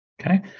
Okay